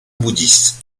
bouddhiste